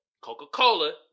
Coca-Cola